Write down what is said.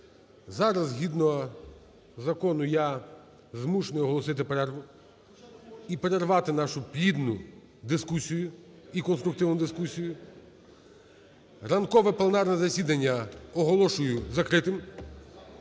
Зараз згідно закону я змушений оголосити перерву і перервати нашу плідну дискусію, і конструктивну дискусію. Ранкове пленарне засідання оголошую закритим.